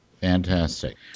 Fantastic